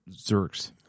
Zerks